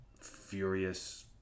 furious